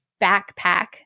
backpack